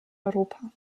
europa